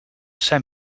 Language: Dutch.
zijn